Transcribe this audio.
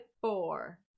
four